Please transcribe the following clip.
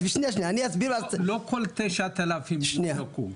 שנייה --- לא כל ה-9,000 נבדקו.